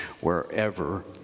wherever